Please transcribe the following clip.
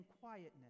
quietness